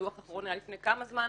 הדוח האחרון היה לפני כמה שנים,